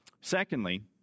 Secondly